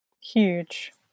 Huge